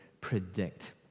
predict